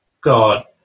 God